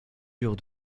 eurent